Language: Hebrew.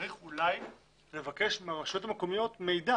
אולי צריך לבקש מהרשויות המקומיות מידע